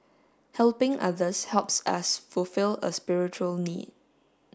helping others helps us fulfil a spiritual need